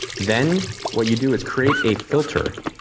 then what you do is create a filter,